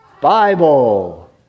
Bible